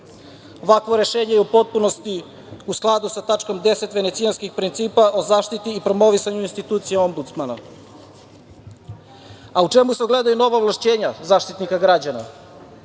Ovakvo rešenje je u potpunosti u skladu sa tačkom 10. Venecijanskih principa o zaštiti i promovisanju institucije Ombudsamana.U čemu se ogledaju nova ovlašćenja Zaštitnika građana?